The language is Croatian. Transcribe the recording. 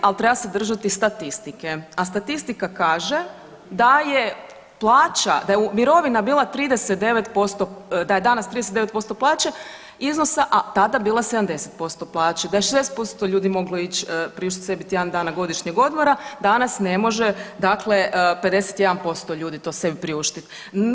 Ali treba se držati statistike, a statistika kaže da je plaća, da je mirovina bila 39%, da je danas 39% plaće iznosa a tada bila 70% plaće, da je 60% ljudi moglo ići priuštiti sebi tjedan dana godišnjeg odmora, danas ne može dakle 51% ljudi to sebi priuštiti.